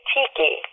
Tiki